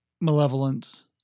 malevolence